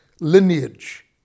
lineage